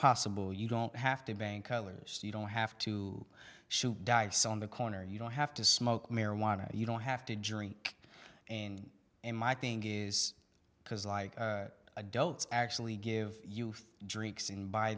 possible you don't have to bang colors you don't have to shoot dice on the corner you don't have to smoke marijuana you don't have to drink and am i think is because like adults actually give you drinks and buy